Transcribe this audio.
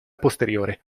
posteriore